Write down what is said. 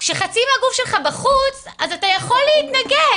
כשחצי מהגוף שלך בחוץ, אז אתה יכול להתנגד.